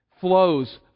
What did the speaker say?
flows